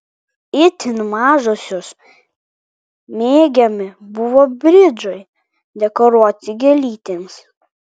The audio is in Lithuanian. itin mažosios mėgiami buvo bridžiai dekoruoti gėlytėmis